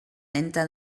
lenta